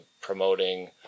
promoting